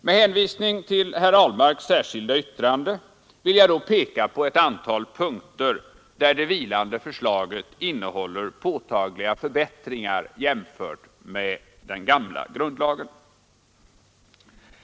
Med hänvisning till herr Ahlmarks särskilda yttrande vill jag då peka på ett antal punkter där det vilande förslaget innebär påtagliga förbättringar jämfört med den gamla grundlagen.